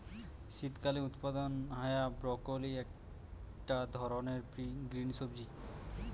শীতকালে উৎপাদন হায়া ব্রকোলি একটা ধরণের গ্রিন সবজি